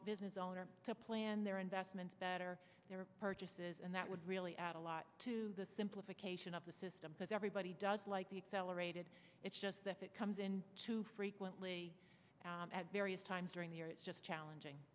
business owner to plan their investments better their purchases and that would really add a lot to the simplification of the system because everybody does like the accelerated it's just that it comes in too frequently at various times during the year it's just challenging